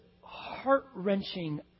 heart-wrenching